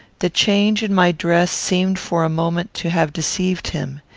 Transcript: the change in my dress seemed for a moment to have deceived him.